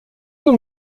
não